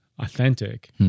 authentic